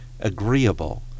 agreeable